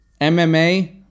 MMA